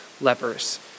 lepers